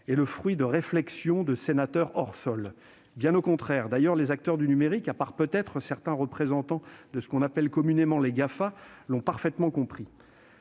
et le fruit de réflexions de sénateurs « hors-sol »: bien au contraire ! D'ailleurs, les acteurs du numérique, à part peut-être certains représentants de ce qu'on appelle communément les GAFA, l'ont parfaitement compris.